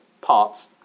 parts